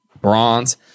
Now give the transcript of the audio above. bronze